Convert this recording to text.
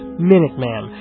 Minuteman